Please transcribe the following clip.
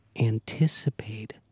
anticipate